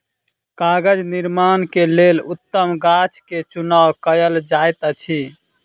कागज़ निर्माण के लेल उत्तम गाछ के चुनाव कयल जाइत अछि